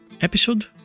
episode